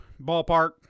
ballpark